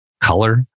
color